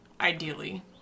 ideally